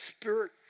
Spirit